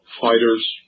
fighters